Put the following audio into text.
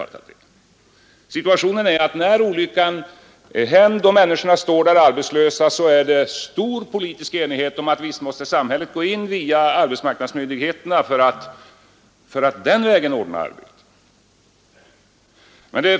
Situationen har emellertid varit den att när olyckan väl har inträffat och människorna står arbetslösa, då har det varit stor politisk enighet om att samhället måste gripa in och via arbetsmarknadsmyndigheterna ordna arbete.